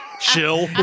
Chill